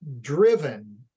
driven